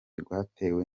rwatewe